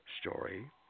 story